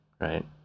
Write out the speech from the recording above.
right